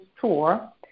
Tour